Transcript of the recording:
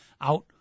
out